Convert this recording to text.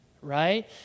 right